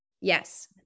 Yes